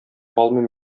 алмыйм